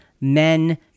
men